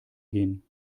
gehen